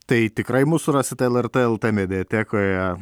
tai tikrai mūsų su rasite lrt el tė mediatekoje